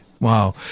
Wow